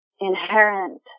inherent